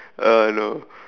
uh hello